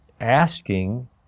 asking